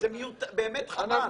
באמת חבל.